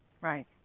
Right